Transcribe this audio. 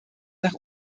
nach